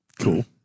Cool